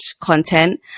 content